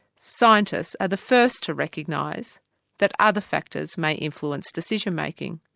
scientists are the first to recognise that other factors may influence decision-making,